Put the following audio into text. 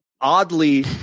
oddly